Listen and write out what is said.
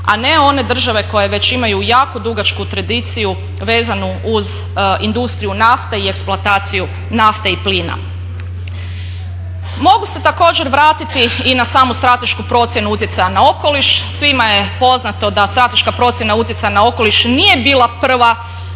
a ne one države koje već imaju jako dugačku tradiciju vezanu uz industriju nafte i eksploataciju nafte i plina. Mogu se također vratiti i na samu stratešku procjenu utjecaja na okoliš. Svima je poznato da strateška procjena utjecaja na okoliš nije bila prva